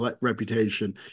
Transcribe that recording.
reputation